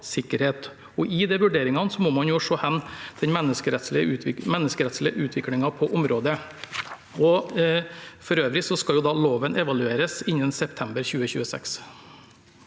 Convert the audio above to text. de vurderingene må man se hen til den menneskerettslige utviklingen på området. For øvrig skal loven evalueres innen september 2026.